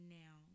now